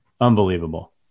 Unbelievable